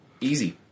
Easy